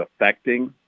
affecting